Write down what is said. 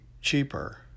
cheaper